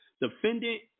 defendant